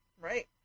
Right